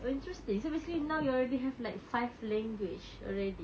oh interesting so basically now you already have like five language already